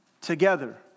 together